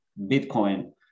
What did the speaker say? Bitcoin